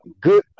Good